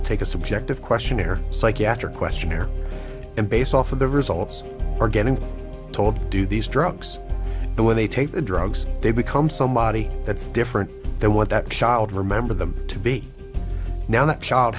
to take a subjective questionnaire psychiatric questionnaire and based off of the results are getting told do these drugs and when they take the drugs they become somebody that's different they want that child remember them to be now that child